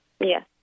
Yes